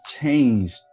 changed